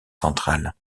centrale